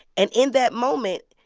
and in that moment,